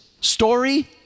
story